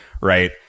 right